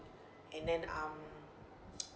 and then um